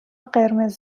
قرمز